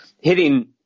hitting